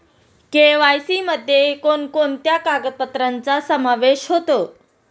KYC मध्ये कोणकोणत्या कागदपत्रांचा समावेश होतो?